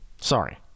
Sorry